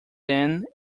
them